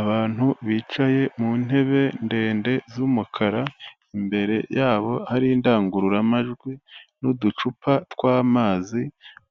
Abantu bicaye mu ntebe ndende z'umukara, imbere yabo hari indangururamajwi n'uducupa tw'amazi,